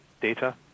data